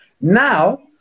Now